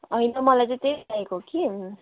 होइन मलाई चाहिँ त्यही चाहिएको कि